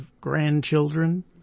grandchildren